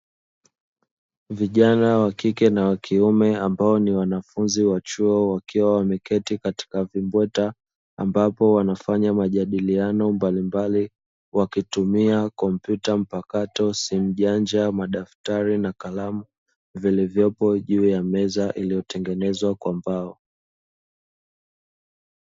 Vijana wa kike na wakiume ambao ni wanafunzi wa chuo wakiwa wameketi katika vimbweta, ambapo wanafanya majadiliano mbalimbali wakitumia kompyuta mpakato, simu janja, madaftari na kalamu vilivyopo juu ya meza iliyotengenezwa kwa mbao.